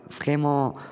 vraiment